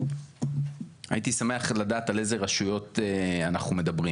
הייתי שמח לדעת על איזה רשויות אנחנו מדברים.